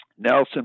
Nelson